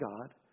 god